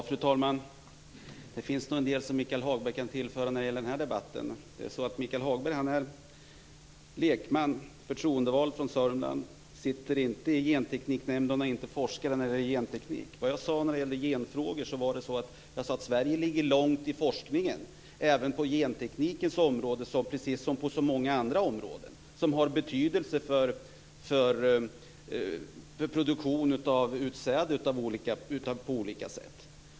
Fru talman! Det finns nog en del som Michael Hagberg kan tillföra när det gäller den här debatten. Sörmland. Han sitter inte i Gentekniknämnden och har inte forskat om genteknik. Vad jag sade om genfrågor var att Sverige ligger långt framme i forskningen även på genteknikens område, precis som på så många andra områden som har betydelse för produktion av utsäde av olika slag.